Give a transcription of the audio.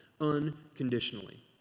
unconditionally